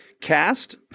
cast